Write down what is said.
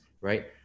right